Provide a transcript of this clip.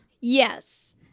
Yes